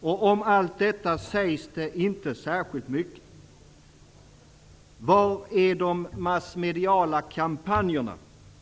Om allt detta sägs det inte särskilt mycket. Var är de massmediala kampanjerna?